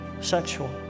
sexual